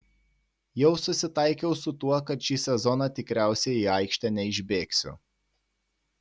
jau susitaikiau su tuo kad šį sezoną tikriausiai į aikštę neišbėgsiu